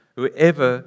whoever